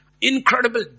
Incredible